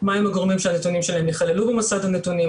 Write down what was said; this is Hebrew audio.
מהם הגורמים שהנתונים שלהם ייכללו במסד הנתונים,